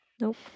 Nope